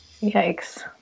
yikes